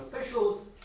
officials